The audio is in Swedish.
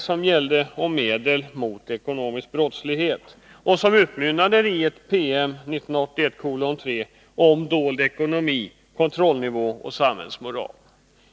Där diskuterades åtgärder mot ekonomisk brottslighet, och konferensen utmynnade i promemorian Dold ekonomi — kontrollnivå och samhällsmoral.